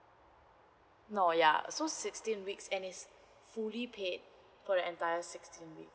no ya so sixteen weeks and is fully paid for the entire sixteen weeks